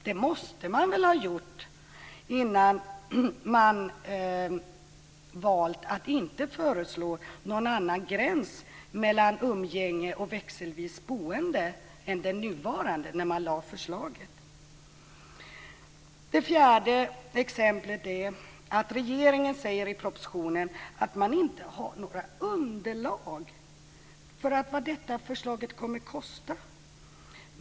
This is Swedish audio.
Det måste man väl ha gjort innan man valt att inte föreslå någon annan gräns mellan umgänge och växelvis boende än den nuvarande när man lade fram förslaget. För det fjärde: Regeringen säger i propositionen att man inte har några underlag för vad detta förslag kommer att kosta.